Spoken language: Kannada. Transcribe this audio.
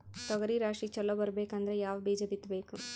ತೊಗರಿ ರಾಶಿ ಚಲೋ ಬರಬೇಕಂದ್ರ ಯಾವ ಬೀಜ ಬಿತ್ತಬೇಕು?